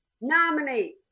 Nominate